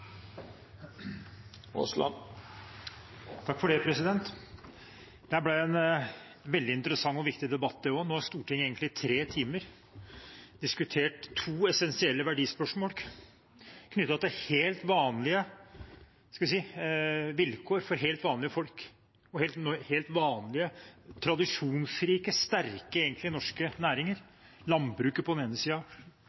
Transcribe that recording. ble en veldig interessant og viktig debatt. Nå har Stortinget, i tre timer egentlig, diskutert to essensielle verdispørsmål knyttet til helt vanlige vilkår for helt vanlige folk og helt vanlige, tradisjonsrike, sterke norske næringer